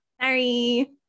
Sorry